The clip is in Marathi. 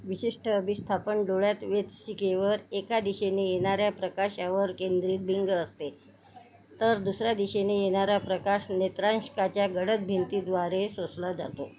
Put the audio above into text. विशिष्ट अभिस्थापन डोळ्यात वेतसिकेवर एका दिशेने येणाऱ्या प्रकाशावर केंद्रित भिंग असते तर दुसऱ्या दिशेने येणारा प्रकाश नेत्रांशकाच्या गडद भिंतीद्वारे शोषला जातो